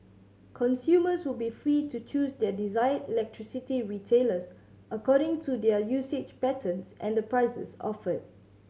consumers will be free to choose their desired electricity retailers according to their usage patterns and the prices offered